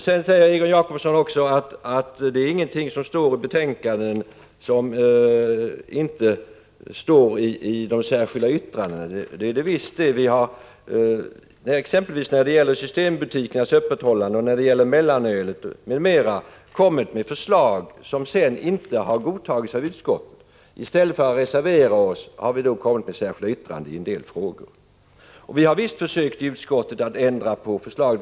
Sedan säger Egon Jacobsson att det inte står någonting i de särskilda yttrandena som inte står i betänkandet. Det gör det visst. Vi har exempelvis när det gäller systembutikernas öppethållande och när det gäller mellanölet m.m. kommit med förslag som sedan inte har godtagits av utskottet. I stället för att reservera oss har vi då avgivit särskilda yttranden i en del frågor. Och vi har visst försökt ändra på förslaget i utskottet.